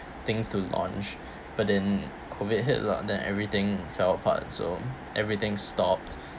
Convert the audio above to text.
things to launch but then COVID hit lah then everything fell apart so everything stopped